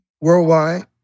worldwide